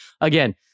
again